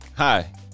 Hi